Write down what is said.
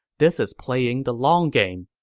this is playing the long game.